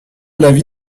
l’avis